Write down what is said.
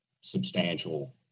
substantial